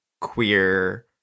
queer